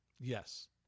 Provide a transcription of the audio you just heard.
Yes